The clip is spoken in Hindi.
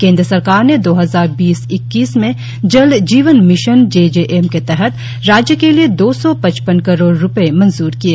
केंद्र सरकार ने दो हजार बीस इक्कीस में Jal Jeevan Mission J J M के तहत राज्य के लिए दो सौ पच्चपन करोड़ रुपए मंजूर किए